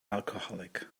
alcoholic